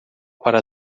para